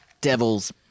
devils